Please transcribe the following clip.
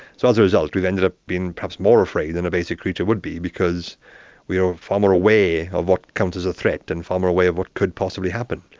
so as a result we've ended up being perhaps more afraid than a basic creature would be because we are far more aware of what counts as a threat and far more aware of what could possibly happen.